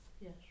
yes